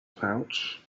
pouch